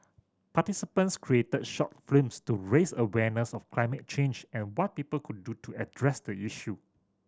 participants created short films to raise awareness of climate change and what people could do to address the issue